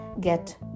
get